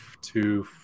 two